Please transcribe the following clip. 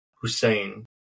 Hussein